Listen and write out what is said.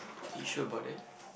you sure about that